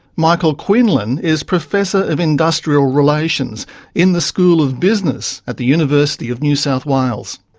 michael quinlan is professor of industrial relations in the school of business at the university of new south wales.